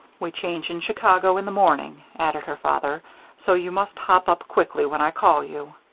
we change in chicago in the morning, added her father so you must hop up quickly when i call you.